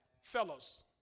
Fellows